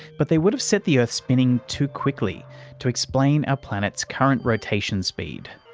but they would have set the earth spinning too quickly to explain our planet's current rotation speed.